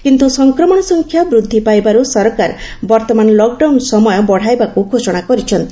କିନ୍ତୁ ସଂକ୍ରମଣ ସଂଖ୍ୟା ବୃଦ୍ଧି ପାଇବାରୁ ସରକାର ବର୍ତ୍ତମାନ ଲକ୍ଡାଉନ୍ ସମୟ ବଢ଼ାଇବାକୁ ଘୋଷଣା କରିଛନ୍ତି